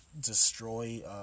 destroy